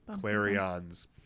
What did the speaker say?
Clarions